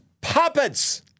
puppets